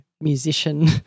musician